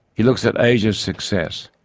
he looks at asia's success,